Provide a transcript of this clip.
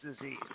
disease